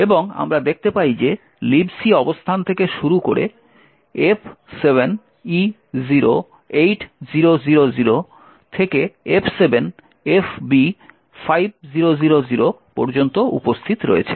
এবং আমরা দেখতে পাই যে Libc অবস্থান থেকে শুরু করে F7E08000 থেকে F7FB5000 পর্যন্ত উপস্থিত রয়েছে